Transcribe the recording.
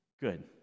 Good